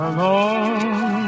Alone